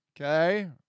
okay